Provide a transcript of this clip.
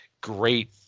Great